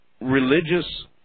religious